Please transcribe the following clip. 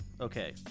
Okay